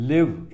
Live